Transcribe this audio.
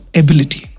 ability